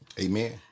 Amen